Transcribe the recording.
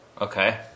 Okay